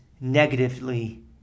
negatively